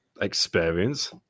experience